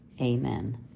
amen